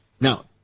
Now